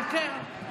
אוקיי.